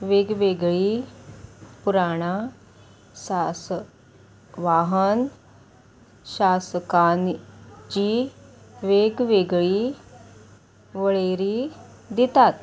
वेगवेगळीं पुराणां सास वाहन शासकांची वेगवेगळी वळेरी दितात